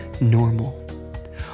normal